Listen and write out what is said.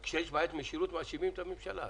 בוודאי, כשיש בעיית משילות, מאשימים את הממשלה.